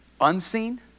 unseen